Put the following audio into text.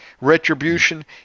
retribution